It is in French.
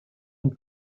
une